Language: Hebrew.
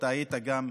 אתה היית גם,